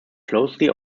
closely